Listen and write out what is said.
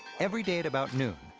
every day at about noon,